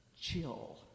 chill